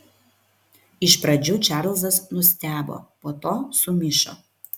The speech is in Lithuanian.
iš pradžių čarlzas nustebo po to sumišo